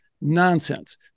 nonsense